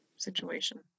situation